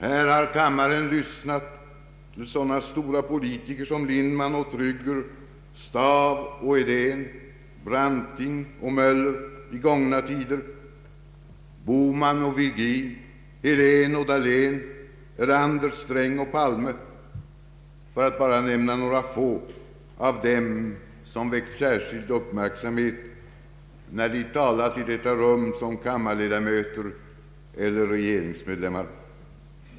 Här har kammaren lyssnat till sådana stora politiker som Lindman och Trygger, Staaff och Edén, Branting och Möller i gångna tider, Bohman och Virgin, Helén och Dahlén, Bengtson, Erlander, Sträng och Palme, för att bara nämna några få av dem som väckt särskild uppmärksamhet när de talat i detta rum som kammarledamöter eller regeringsmedlemmar.